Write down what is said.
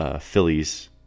Phillies